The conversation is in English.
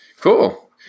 Cool